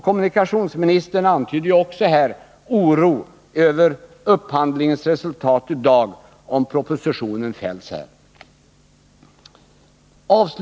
Kommunikationsministern uttryckte också oro över förhandlingens resultat, om propositionen fälls här i dag.